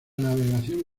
navegación